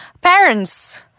Parents